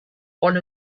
one